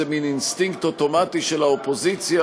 מין אינסטינקט אוטומטי של האופוזיציה,